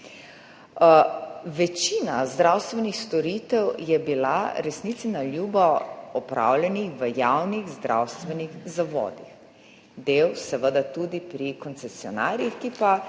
Večina zdravstvenih storitev je bila, resnici na ljubo, opravljena v javnih zdravstvenih zavodih. Del seveda tudi pri koncesionarjih, ki pa